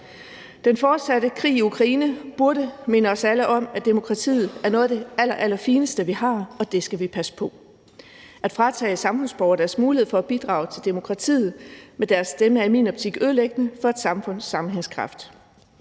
Den fortsatte krig i Ukraine burde minde os alle om, at demokratiet er noget af det allerallerfineste, vi har, og det skal vi passe på. At fratage samfundsborgere deres mulighed for at bidrage til demokratiet med deres stemme er i min optik ødelæggende for et samfunds sammenhængskraft.